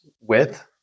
Width